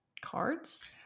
cards